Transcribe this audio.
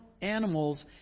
animals